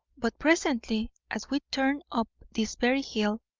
but presently, as we turned up this very hill,